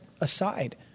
aside